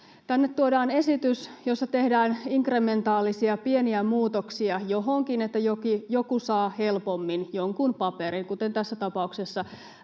tänne tuodaan esitys, jossa tehdään inkrementaalisia pieniä muutoksia johonkin, että joku saa helpommin jonkun paperin, kuten tässä tapauksessa